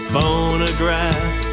Phonograph